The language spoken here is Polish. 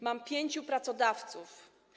Mam pięciu pracodawców.